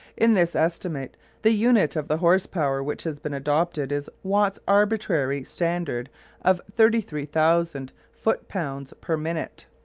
in this estimate the unit of the horse-power which has been adopted is watt's arbitrary standard of thirty three thousand foot pounds per minute.